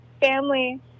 family